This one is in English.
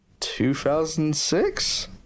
2006